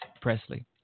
Presley